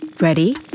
Ready